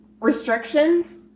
restrictions